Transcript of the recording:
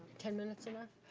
ten minutes enough?